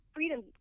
freedom